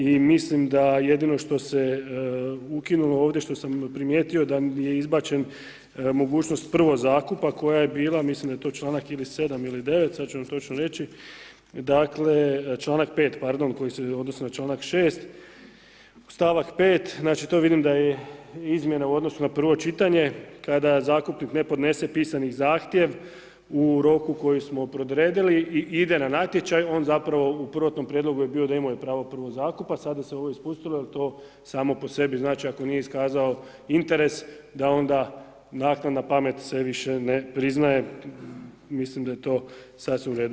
I mislim da jedino što se ukinulo ovdje, što sam primijetio ... izbačen mogućnost prvozakupa koja je bila, mislim da je to članak ili 7. ili 9., sad ću vam točno reći, dakle članak 5. pardon, koji se odnosi na članak 6., stavak 5. znači to vidim da je izmjena u odnosu na prvo čitanje kada zakupnik ne podnese pisani zahtjev u roku koji smo predodredili i ide na natječaj, on zapravo u prvotnom prijedlogu je bio da imaju pravo prvozakupa, sada se ovo ispustilo jer to samo po sebi znači ako nije iskazao interes da onda naknadna pamet se više ne priznaje, mislim da je to sasvim u redu.